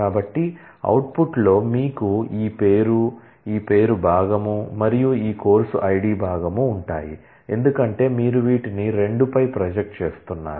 కాబట్టి అవుట్పుట్లో మీకు ఈ పేరు ఈ పేరు భాగం మరియు ఈ కోర్సు ఐడి భాగం ఉంటాయి ఎందుకంటే మీరు వీటిని 2 పై ప్రొజెక్ట్ చేస్తున్నారు